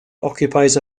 occupies